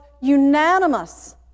unanimous